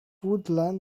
woodland